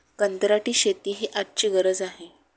कंत्राटी शेती ही आजची गरज आहे